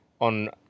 on